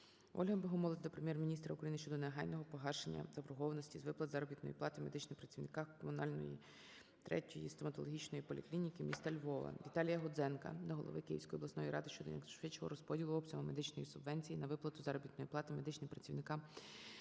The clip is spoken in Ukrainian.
Ольги Богомолець до Прем'єр-міністра України щодо негайного погашення заборгованості з виплати заробітної плати медичним працівникам Комунальної 3-ої стоматологічної поліклініки міста Львова. ВіталіяГудзенка до голови Київської обласної ради щодо якнайшвидшого розподілу обсягу медичної субвенції на виплату заробітної плати медичним працівникам